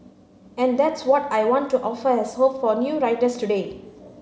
and that's what I want to offer as hope for new writers today